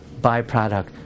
byproduct